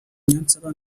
niyonsaba